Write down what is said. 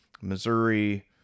Missouri